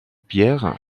pierre